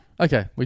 Okay